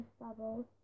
bubbles